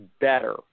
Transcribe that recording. better